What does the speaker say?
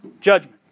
judgment